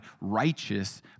righteous